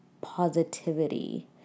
positivity